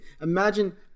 Imagine